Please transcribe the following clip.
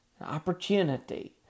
Opportunity